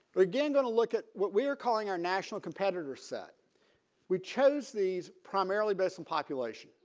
again, going to look at what we are calling our national competitors set we chose these primarily based on population.